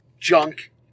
Junk